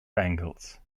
bengals